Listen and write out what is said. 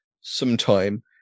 sometime